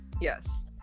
yes